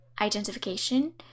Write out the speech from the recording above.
identification